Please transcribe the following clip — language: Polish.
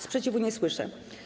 Sprzeciwu nie słyszę.